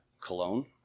Cologne